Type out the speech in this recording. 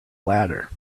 latter